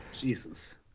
Jesus